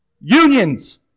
Unions